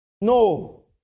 No